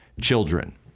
children